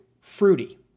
fruity